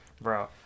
Bro